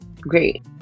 great